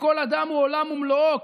כי כל אדם הוא עולם ומלואו,